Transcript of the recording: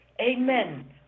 Amen